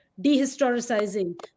dehistoricizing